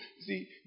see